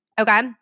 Okay